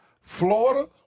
Florida